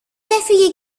έφυγε